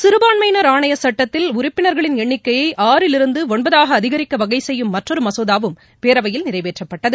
சிறுபான்மையினர் ஆணையச் சுட்டத்தில் உறுப்பினர்களின் எண்ணிக்கையை ஆறிலிருந்து ஒன்பதாக அதிகரிக்க வகையும் மற்றொரு மசோதாவும் பேரவையில் நிறைவேற்றப்பட்டது